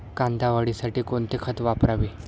कांदा वाढीसाठी कोणते खत वापरावे?